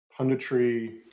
punditry